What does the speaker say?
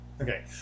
okay